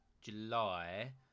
July